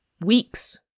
weeks